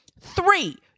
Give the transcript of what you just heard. Three